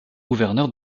gouverneur